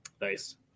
Nice